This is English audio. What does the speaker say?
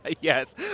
Yes